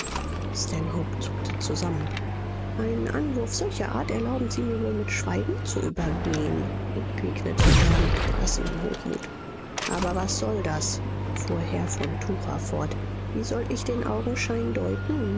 zuckte zusammen einen anwurf solcher art erlauben sie mir wohl mit schweigen zu übergehen entgegnete er mit gelassenem hochmut aber was soll das fuhr herr von tucher fort wie soll ich den augenschein deuten